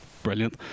brilliant